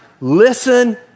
Listen